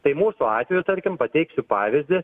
tai mūsų atveju tarkim pateiksiu pavyzdį